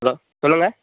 hello சொல்லுங்க